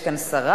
יש כאן שרה.